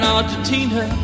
Argentina